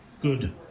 Good